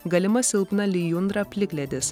galima silpna lijundra plikledis